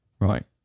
Right